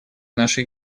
нашей